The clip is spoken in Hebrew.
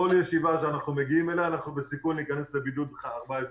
בכל ישיבה שאנחנו מגיעים אליה אנחנו בסיכון להיכנס לבידוד ל-14 ימים.